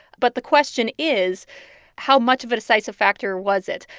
but the question is how much of a decisive factor was it.